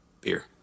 beer